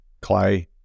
Clay